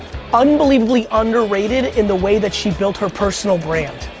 unbelievably underrated in the way that she built her personal brand.